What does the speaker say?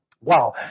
Wow